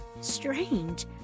strange